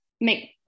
make